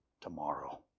tomorrow